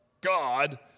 God